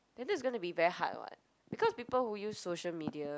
then that's gonna be very hard [what] because people won't use social media